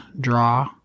draw